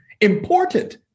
important